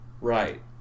right